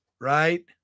Right